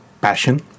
passion